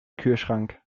kühlschrank